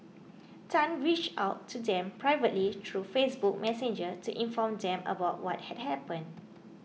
Tan reached out to them privately through Facebook Messenger to inform them about what had happened